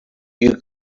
you